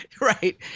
Right